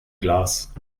glas